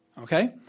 Okay